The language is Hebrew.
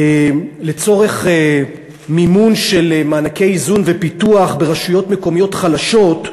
לצורך מימון של מענקי איזון ופיתוח ברשויות מקומיות חלשות,